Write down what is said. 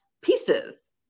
pieces